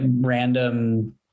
random